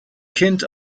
kind